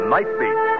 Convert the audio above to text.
Nightbeat